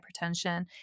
hypertension